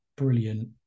brilliant